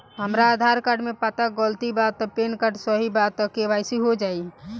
हमरा आधार कार्ड मे पता गलती बा त पैन कार्ड सही बा त के.वाइ.सी हो जायी?